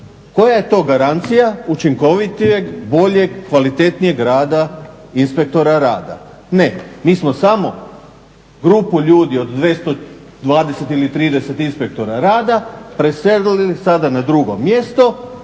Koja je to garancija učinkovitijeg, boljeg, kvalitetnijeg rada inspektora rada? Ne, mi smo samo grupu ljudi od 220 ili 230 inspektora rada preselili sada na drugo mjesto,